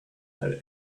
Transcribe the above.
had